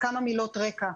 כמה מילות רקע: